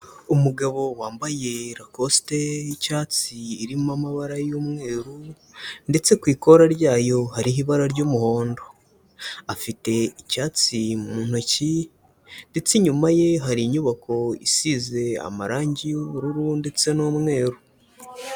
Umugabo wambaye rakosite y'icyatsi irimo amabara y'umweru ndetse ku ikoti ryayo hariho ibara ry'umuhondo, afite icyatsi mu ntoki ndetse inyuma ye hari inyubako isize amarangi y'ubururu ndetse n'umweru.